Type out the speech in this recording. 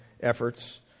efforts